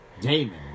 Damon